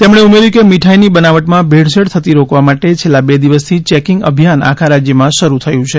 તેમણે ઉમેર્યું કે મીઠાઈની બનાવટમાં ભેળસેળ થતી રોકવા માટે છેલ્લા બે દિવસથી ચેકિંગ અભિયાન આખા રાજ્યમાં શરૂ થયું છે